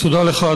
תודה לך,